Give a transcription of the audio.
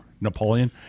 Napoleon